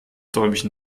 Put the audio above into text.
däumchen